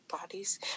bodies